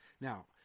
Now